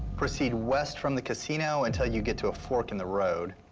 proceed west from the casino until you get to a fork in the road.